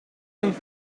een